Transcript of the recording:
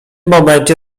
momencie